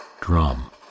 Drum